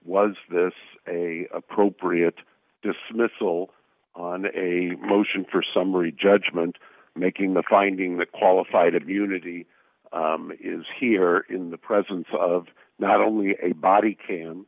was this a appropriate dismissal on a motion for summary judgment making the finding that qualified immunity is here in the presence of not only a body can